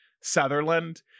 sutherland